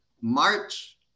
March